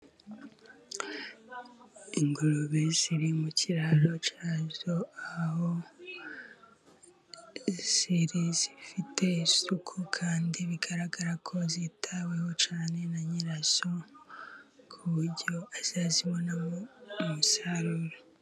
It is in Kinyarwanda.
Ingurube ziri mu kiraro cyazo, ahori ziri zifite isuku kandi bigaragara ko zitaweho cyane na nyirazo ku buryo azazibonamo umusaruro.